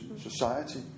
society